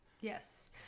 Yes